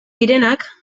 direnak